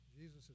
Jesus